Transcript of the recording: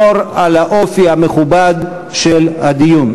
לשמור על האופי המכובד של הדיון.